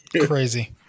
crazy